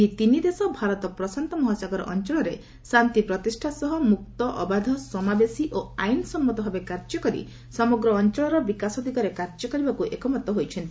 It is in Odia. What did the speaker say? ଏହି ତିନି ଦେଶ ଭାରତ ପ୍ରଶାନ୍ତ ମହାସାଗର ଅଞ୍ଚଳରେ ଶାନ୍ତି ପ୍ରତିଷ୍ଠା ସହ ମୁକ୍ତ ଅବାଧ ସମାବେଶି ଏବଂ ଆଇନ୍ ସମ୍ମତ ଭାବେ କାର୍ଯ୍ୟ କରି ସମଗ୍ର ଅଞ୍ଚଳର ବିକାଶ ଦିଗରେ କାର୍ଯ୍ୟ କରିବାକୁ ଏକମତ ହୋଇଛନ୍ତି